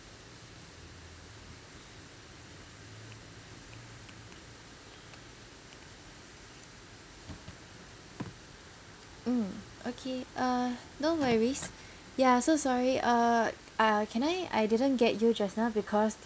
mm okay uh no worries ya so sorry uh uh can I I didn't get you just now because